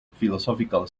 philosophical